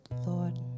Lord